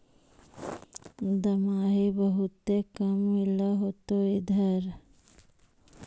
दमाहि बहुते काम मिल होतो इधर?